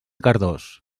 cardós